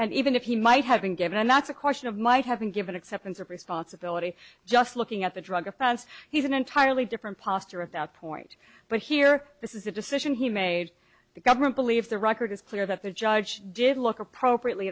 even if he might have been given and that's a question of might have been given acceptance of responsibility just looking at the drug offense he's an entirely different posture of that point but here this is a decision he made the government believes the record is clear that the judge did look appropriately